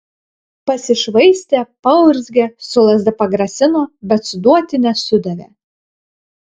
pasišvaistė paurzgė su lazda pagrasino bet suduoti nesudavė